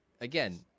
again